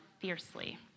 fiercely